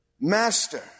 Master